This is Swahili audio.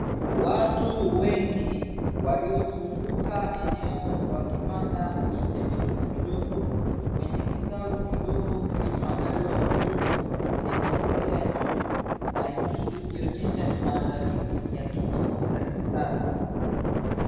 Watu wengi waliozunguka eneo wakipanda miche midogomidogo kwenye kitalu kidogo kilichoandaliwa vizuri, chenye mbolea nyingi. Na hii ikionesha ni maandalizi ya kilimo cha kisasa.